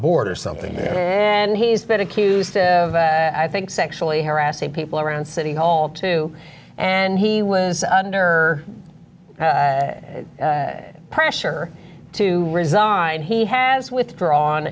board or something and he's been accused of i think sexually harassing people around city hall too and he was under pressure to resign he has withdrawn